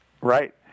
Right